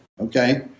okay